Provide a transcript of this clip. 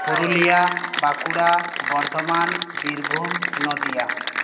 Purulia Bankura Bardhaman Birbhum Nadia